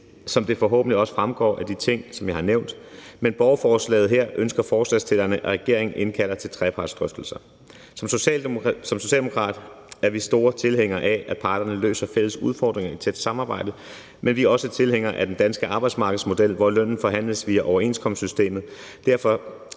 som det forhåbentlig også fremgår af de ting, som jeg har nævnt, men med borgerforslaget ønsker forslagsstillerne, at regeringen indkalder til trepartsdrøftelser. Vi Socialdemokrater er store tilhængere af, at parterne løser fælles udfordringer i et tæt samarbejde, men vi er også tilhængere af den danske arbejdsmarkedsmodel, hvor lønnen forhandles via overenskomstsystemet.